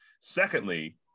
Secondly